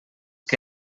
que